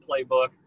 playbook